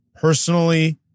personally-